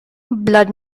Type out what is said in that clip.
blood